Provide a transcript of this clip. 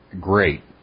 great